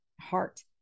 Heart